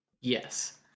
Yes